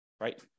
right